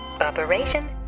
Operation